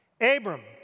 Abram